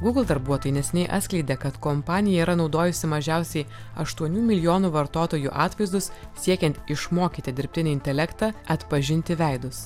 google darbuotojai neseniai atskleidė kad kompanija yra naudojusi mažiausiai aštuonių milijonų vartotojų atvaizdus siekiant išmokyti dirbtinį intelektą atpažinti veidus